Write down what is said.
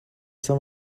saint